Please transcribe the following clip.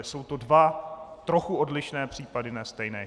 Jsou to dva trochu odlišné případy, ne stejné.